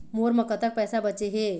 मोर म कतक पैसा बचे हे?